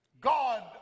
God